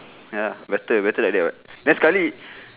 ya better better like that [what] then sekali